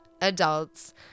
adults